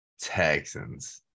Texans